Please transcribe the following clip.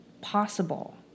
possible